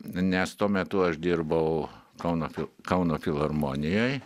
nes tuo metu aš dirbau kauno kauno filharmonijoj